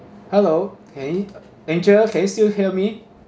hello eh angel can you still hear me